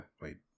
wait